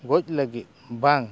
ᱜᱚᱡ ᱞᱟᱹᱜᱤᱫ ᱵᱟᱝ